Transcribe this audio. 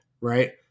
right